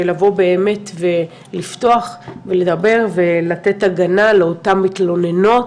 שלבוא באמת ולפתוח ולדבר ולתת הגנה לאותן מתלוננות,